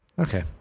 Okay